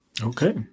Okay